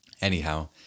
Anyhow